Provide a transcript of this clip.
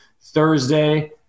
Thursday